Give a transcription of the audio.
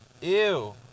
Ew